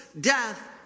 death